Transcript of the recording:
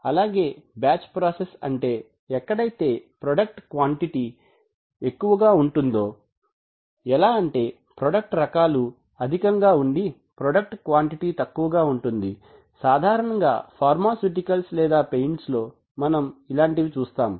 అలాగే batch process అంటే ఎక్కడైతే ప్రోడక్ట్ క్వాంటిటీ ఎక్కువగా ఉంటుందో ఎలా అంటే ప్రోడక్ట్ రకాలు అధికంగా ఉండి ప్రోడక్ట్ క్వాంటిటీ తక్కువగా ఉంటుంది సాధారణంగా ఫార్మాస్యూటికల్స్ లేదా పెయింట్స్ లో మనం ఇలాంటివి చూస్తాం